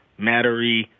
Mattery